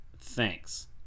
Thanks